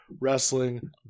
Wrestling